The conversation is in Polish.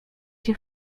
się